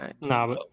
Nah